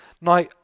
Now